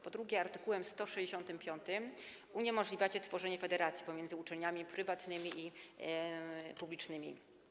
Po drugie, w art. 165 uniemożliwiacie tworzenie federacji pomiędzy uczelniami prywatnymi i publicznymi.